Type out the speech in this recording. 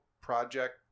Project